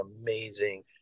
amazing